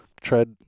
Tried